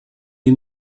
die